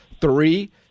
three